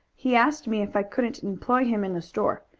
he asked me if i couldn't employ him in the store.